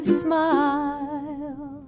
smile